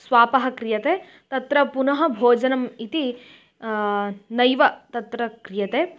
स्वापः क्रियते तत्र पुनः भोजनम् इति नैव तत्र क्रियते